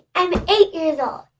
i'm eight years um